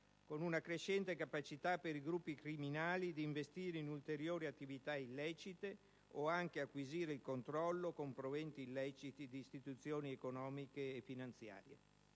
con una crescente capacità per i gruppi criminali di investire in ulteriori attività illecite o anche acquisire il controllo, con proventi illeciti, di istituzioni economiche e finanziarie.